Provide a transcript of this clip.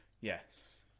yes